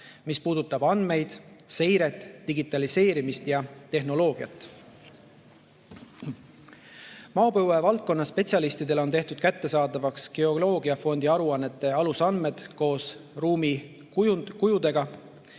mis puudutab andmeid, seiret, digitaliseerimist ja tehnoloogiat. Maapõuevaldkonna spetsialistidele on tehtud kättesaadavaks geoloogiafondi aruannete alusandmed koos ruumikujudega.